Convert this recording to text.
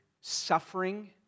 suffering